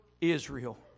Israel